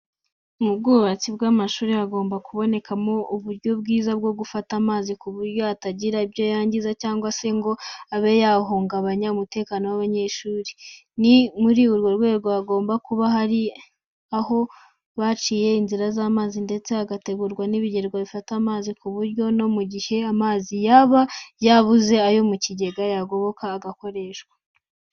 Mu bwubatsi bw'amashuri hagomba kuboneka uburyo bwiza bwo gufata amazi ku buryo atagira ibyo yangiza cyangwa se ngo abe yahungabanya umutekano w'abanyeshuri. Ni muri urwo rwego hagomba kuba hari aho baciye inzira z'amazi ndetse hagategurwa n'ibigega bifata amazi ku buryo no mu gihe amazi yaba yabuze ayo mu kigega yagoboka agakoreshwa.